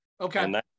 okay